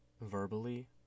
verbally